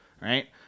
right